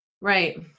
Right